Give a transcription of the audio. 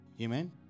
Amen